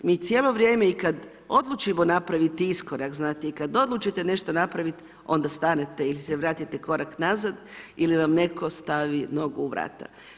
Mi cijelo vrijeme i kada odlučimo napraviti iskorak i kada odlučite nešto napraviti onda stanete ili se vratite korak nazad ili vam neko stavi nogu u vrata.